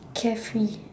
carefree